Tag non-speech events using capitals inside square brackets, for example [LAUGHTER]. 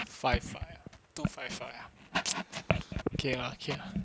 five five two five five ah [NOISE] okay lah okay lah